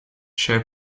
show